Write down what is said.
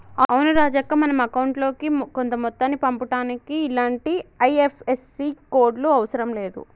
అవును రాజక్క మనం అకౌంట్ లోకి కొంత మొత్తాన్ని పంపుటానికి ఇలాంటి ఐ.ఎఫ్.ఎస్.సి కోడ్లు అవసరం లేదు